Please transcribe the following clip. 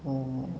oh